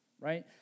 right